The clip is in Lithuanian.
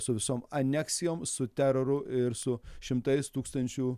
su visom aneksijom su teroru ir su šimtais tūkstančių